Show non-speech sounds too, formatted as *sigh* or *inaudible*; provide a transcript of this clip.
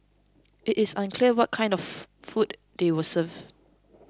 it is unclear what kind of *unintelligible* food they were served